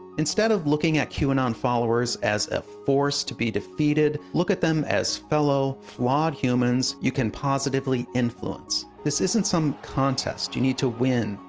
instead of looking at qanon followers as a force to be defeated, look at them as fellow flawed humans you can positively influence. this isn't some contest you need to win.